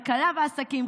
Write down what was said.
כלכלה ועסקים,